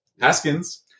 Haskins